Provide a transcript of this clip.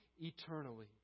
eternally